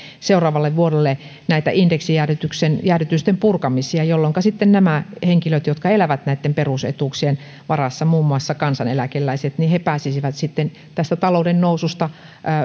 seuraavalle vuodelle näitä indeksijäädytysten purkamisia jolloinka nämä henkilöt jotka elävät näitten perusetuuksien varassa muun muassa kansaneläkeläiset pääsisivät sitten tästä talouden noususta